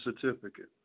certificate